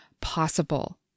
possible